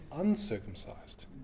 uncircumcised